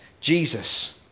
Jesus